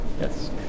Yes